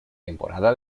temporada